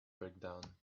breakdown